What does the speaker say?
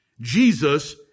Jesus